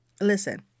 Listen